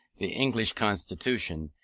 the english constitution,